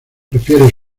prefiere